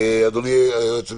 אדוני היועץ המשפטי,